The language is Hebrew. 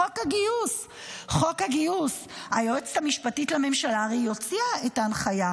בחוק הגיוס היועצת המשפטית לממשלה הרי הוציאה את ההנחיה,